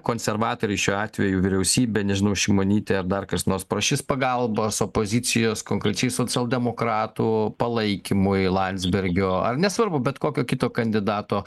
konservatoriai šiuo atveju vyriausybė nežinau šimonytė dar kas nors prašys pagalbos opozicijos konkrečiai socialdemokratų palaikymui landsbergio ar nesvarbu bet kokio kito kandidato